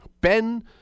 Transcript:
Ben